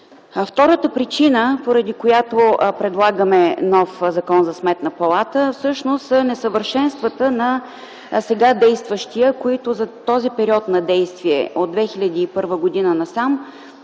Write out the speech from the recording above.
Втората причина, поради която предлагаме нов Закон за Сметната палата, всъщност са несъвършенствата на сега действащия, които за този период на действие – от 2001 г. насам,